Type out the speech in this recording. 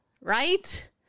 right